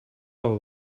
all